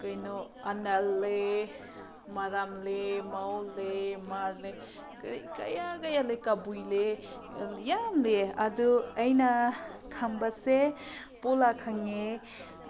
ꯀꯩꯅꯣ ꯑꯅꯥꯜ ꯂꯩꯌꯦ ꯃꯔꯥꯝ ꯂꯩꯌꯦ ꯃꯥꯎ ꯂꯩꯌꯦ ꯃꯥꯔ ꯂꯩꯌꯦ ꯀꯔꯤ ꯀꯌꯥ ꯀꯌꯥ ꯂꯩꯌꯦ ꯀꯕꯨꯏ ꯂꯩꯌꯦ ꯌꯥꯝ ꯂꯩꯌꯦ ꯑꯗꯨ ꯑꯩꯅ ꯈꯪꯕꯁꯦ ꯄꯨꯂꯥ ꯈꯪꯉꯦ